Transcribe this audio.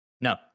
No